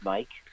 Mike